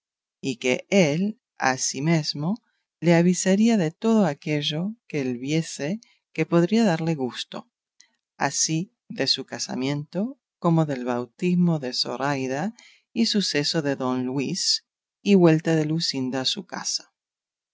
y que él asimesmo le avisaría de todo aquello que él viese que podría darle gusto así de su casamiento como del bautismo de zoraida y suceso de don luis y vuelta de luscinda a su casa